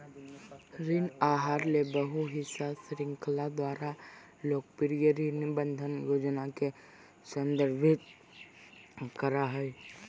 ऋण आहार ले बहु हिस्सा श्रृंखला द्वारा लोकप्रिय ऋण प्रबंधन योजना के संदर्भित करय हइ